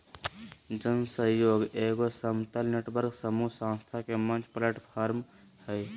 जन सहइोग एगो समतल नेटवर्क समूह संस्था के मंच प्लैटफ़ार्म हइ